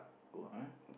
good ah